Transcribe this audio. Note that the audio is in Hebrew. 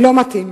לא מתאים.